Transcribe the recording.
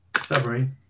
submarine